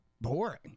Boring